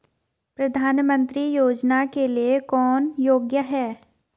प्रधानमंत्री योजना के लिए कौन योग्य है?